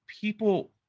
People